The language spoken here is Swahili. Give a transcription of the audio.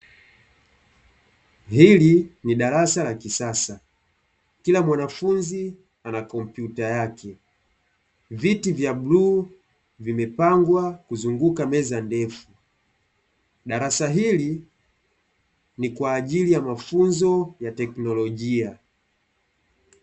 Hili ni Ni darasa la kisasa kila mwanafunzi anakompyuta yake, viti vya bluu vimepangwa kuzunguka meza ndefu. Darasa hili ni kwa ajili ya mafunzo ya teknolojia.